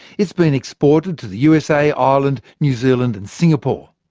it's been exported to the usa, ireland, new zealand and singapore.